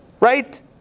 right